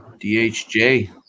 dhj